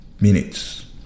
minutes